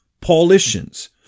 Paulicians